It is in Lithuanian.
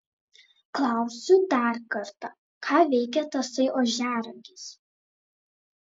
klausiu dar kartą ką veikia tasai ožiaragis